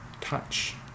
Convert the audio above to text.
Touch